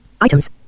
items